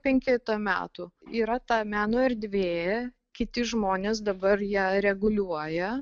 penketą metų yra ta meno erdvė kiti žmonės dabar ją reguliuoja